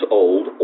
old